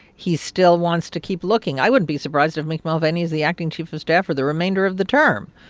he still wants to keep looking. i wouldn't be surprised if mick mulvaney is the acting chief of staff for the remainder of the term.